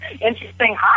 interesting